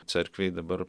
cerkvėj dabar